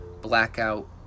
blackout